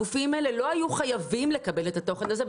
הגופים האלה לא היו חייבים לקבל את התוכן הזה,